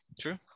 True